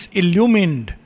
illumined